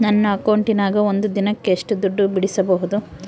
ನನ್ನ ಅಕೌಂಟಿನ್ಯಾಗ ಒಂದು ದಿನಕ್ಕ ಎಷ್ಟು ದುಡ್ಡು ಬಿಡಿಸಬಹುದು?